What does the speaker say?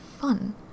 fun